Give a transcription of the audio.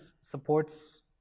supports